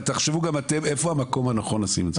תחשבו גם אתם איפה המקום הנכון לשים את זה.